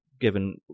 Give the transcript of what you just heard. given